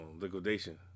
Liquidation